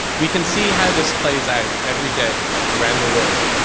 we can see how this plays out every day around the world.